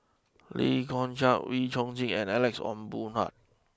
Lee Kong Chian Wee Chong Jin and Alex Ong Boon Hau